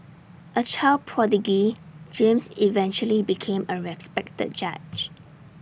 A child prodigy James eventually became A respected judge